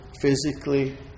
physically